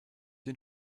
den